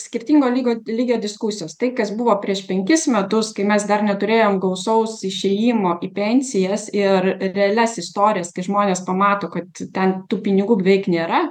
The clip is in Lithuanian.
skirtingo lygio lygio diskusijos tai kas buvo prieš penkis metus kai mes dar neturėjom gausaus išėjimo į pensijas ir realias istorijas kai žmonės pamato kad ten tų pinigų beveik nėra